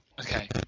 Okay